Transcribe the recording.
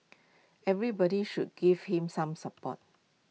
everybody should give him some support